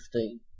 15